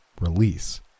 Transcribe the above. release